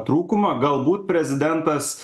trūkumą galbūt prezidentas